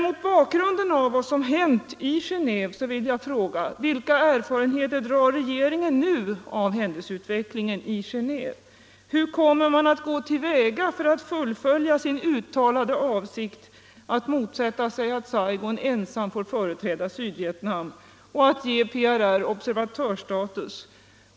Mot bakgrund av vad som hänt i Genéve vill jag emellertid fråga: Vilka slutsatser drar regeringen nu av händelseutvecklingen i Genåéve? Hur kommer man att gå till väga för att fullfölja sin uttalade avsikt att motsätta sig att Saigon ensamt får företräda Sydvietnam och att verka för att PRR får observatörsstatus?